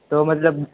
تو مطلب